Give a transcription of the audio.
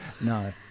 No